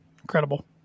incredible